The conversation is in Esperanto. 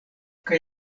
kaj